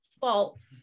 fault